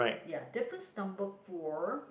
ya difference number four